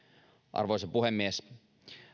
arvoisa puhemies